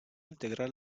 integrar